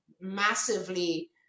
massively